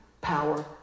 power